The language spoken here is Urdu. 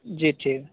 جی ٹھیک ہے